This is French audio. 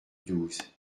douze